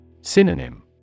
Synonym